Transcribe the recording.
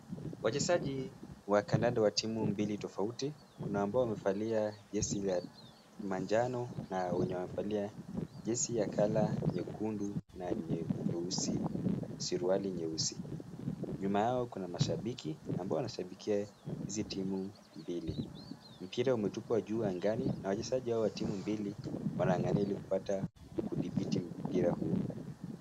Wachezaji wa kandanda wa timu mbili tofauti. Kuna ambao wamevalia jezi la manjano na wenye wamevalia jezi ya color[cs ] nyekundu na nyeusi, suriali nyeusi. Nyuma yao kuna mashabiki ambao wanashabikia hizi timu mbili, mpira umetupwa juu angani na wachezaji hawa timu mbili wanangangania ili kupata kudhibiti mpira huo.